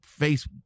Facebook